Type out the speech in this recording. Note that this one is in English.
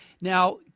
Now